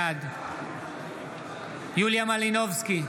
בעד יוליה מלינובסקי,